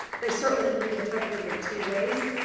they certainly can be interpreted in two ways.